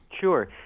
Sure